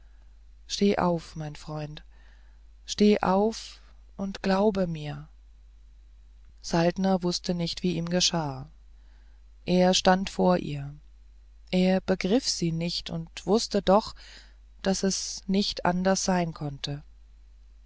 steh auf mein freund steh auf und glaube mir saltner wußte nicht wie ihm geschah er stand vor ihr er begriff sie nicht und wußte doch daß es nicht anders sein konnte